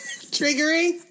Triggering